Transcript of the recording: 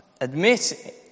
admit